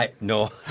No